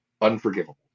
unforgivable